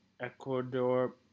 Ecuador